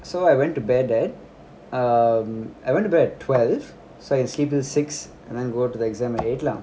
so I went to bed at um I went about twelve so I can sleep till six and then go to the exam at eight lah